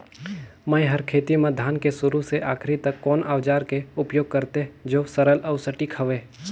मै हर खेती म धान के शुरू से आखिरी तक कोन औजार के उपयोग करते जो सरल अउ सटीक हवे?